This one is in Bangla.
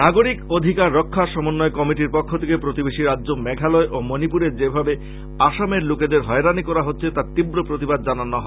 নাগরিক অধিকার রক্ষা সমন্বয় কমিটির পক্ষ থেকে প্রতিবেশী রাজ্য মেঘালয় ও মণিপুরে যেভাবে আসামের লোকেদের হয়রানি করা হচ্ছে তার তীব্র প্রতিবাদ জানিয়েছে